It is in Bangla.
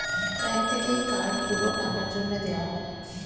ব্যাঙ্ক থেকে এই কার্ড গুলো টাকার জন্যে দেওয়া হয়